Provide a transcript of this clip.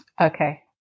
okay